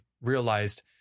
realized